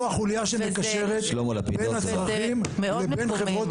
אנחנו החוליה שמקשרת בין הצרכים לבין חברות